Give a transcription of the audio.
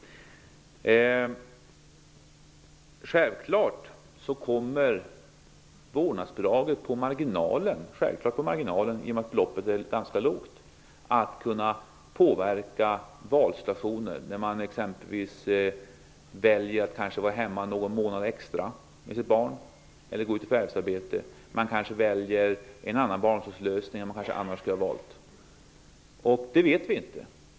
Självfallet kommer vårdnadsbidraget på marginalen -- det handlar om marginalen i och med att beloppet är ganska lågt -- att kunna påverka föräldrarna när de exempelvis väljer mellan att vara hemma någon månad extra med sitt barn eller att gå ut i förvärvsarbete. De kanske väljer en annan barntillsyn än vad de annars skulle ha valt. Det vet vi inte.